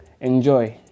enjoy